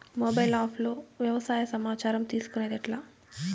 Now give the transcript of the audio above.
Mobile app లో వ్యవసాయ సమాచారం తీసుకొనేది ఎట్లా?